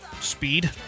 speed